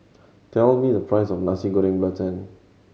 tell me the price of Nasi Goreng Belacan